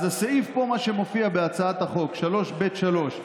אז הסעיף שמופיע פה בהצעת החוק, 3(ב)(3),